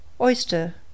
Oyster